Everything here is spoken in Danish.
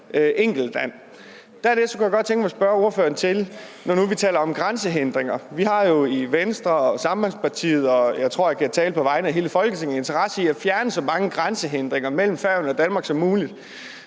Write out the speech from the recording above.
enkeltland. Dernæst kunne jeg godt tænke mig at spørge ordføreren, når nu vi taler om grænsehindringer: Vi har jo i Venstre og Sambandspartiet, og jeg tror, jeg taler på vegne af hele Folketinget, en interesse i at fjerne så mange grænsehindringer mellem Færøerne og Danmark som muligt.